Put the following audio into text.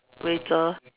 Wei-Zhi